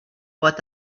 pot